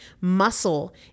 Muscle